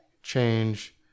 change